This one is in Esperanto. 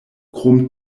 krom